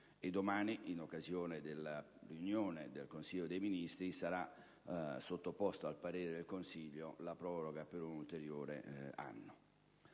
domani, in occasione della riunione del Consiglio dei ministri, sarà sottoposta al parere dello stesso la proroga per un ulteriore anno.